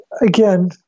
Again